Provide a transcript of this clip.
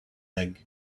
egg